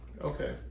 Okay